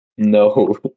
No